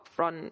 upfront